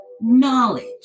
knowledge